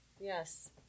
yes